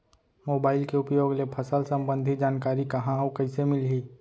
Mobile के उपयोग ले फसल सम्बन्धी जानकारी कहाँ अऊ कइसे मिलही?